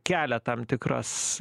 kelia tam tikras